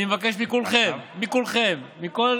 אני מבקש מכולכם, מכולכם, מכל